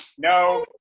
No